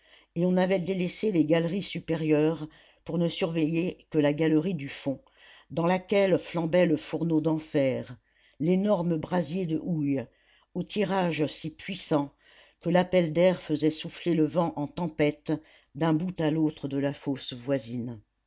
et on avait délaissé les galeries supérieures pour ne surveiller que la galerie du fond dans laquelle flambait le fourneau d'enfer l'énorme brasier de houille au tirage si puissant que l'appel d'air faisait souffler le vent en tempête d'un bout à l'autre de la fosse voisine